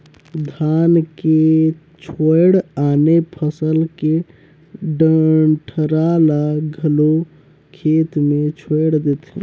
धान के छोयड़ आने फसल के डंठरा ल घलो खेत मे छोयड़ देथे